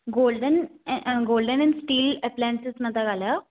golden golden and steel appliances मां था ॻाल्हायो